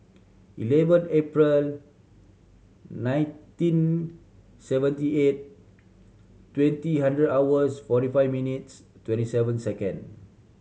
eleven April nineteen seventy eight twenty hundred hours forty five minutes twenty seven second